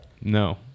No